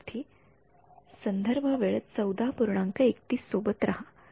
विद्यार्थीः संदर्भः वेळः १४३१ सोबत राहा